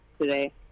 today